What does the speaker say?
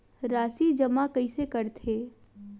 राशि जमा कइसे करथे?